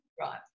right